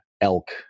elk